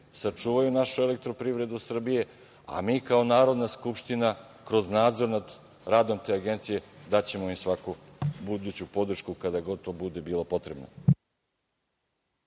sačuvaju našu Elektroprivredu Srbije, a mi kao Narodna skupština, kroz nadzor nad radom te agencije, daćemo im svaku buduću podršku kada god to bude bilo potrebno.